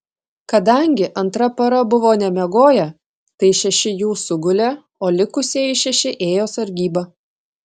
kadangi antra para buvo nemiegoję tai šeši jų sugulė o likusieji šeši ėjo sargybą